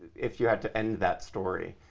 if you had to end that story?